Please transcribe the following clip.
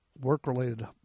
Work-related